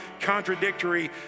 contradictory